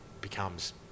becomes